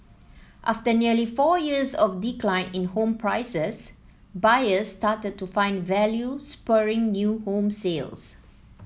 after nearly four years of decline in home prices buyers started to find value spurring new home sales